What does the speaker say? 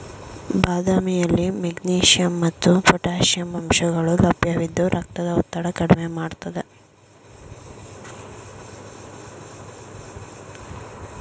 ಬಾದಾಮಿಯಲ್ಲಿ ಮೆಗ್ನೀಷಿಯಂ ಮತ್ತು ಪೊಟ್ಯಾಷಿಯಂ ಅಂಶಗಳು ಲಭ್ಯವಿದ್ದು ರಕ್ತದ ಒತ್ತಡ ಕಡ್ಮೆ ಮಾಡ್ತದೆ